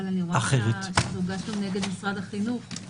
אבל אני רואה שזה הוגש גם נגד משרד החינוך.